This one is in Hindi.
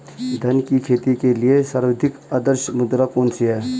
धान की खेती के लिए सर्वाधिक आदर्श मृदा कौन सी है?